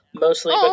mostly